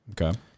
Okay